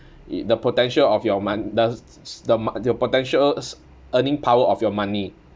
y~ the potential of your mon~ does s~ s~ the mon~ the potential s~ earning power of your money